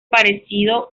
parecido